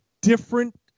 different